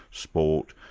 sport,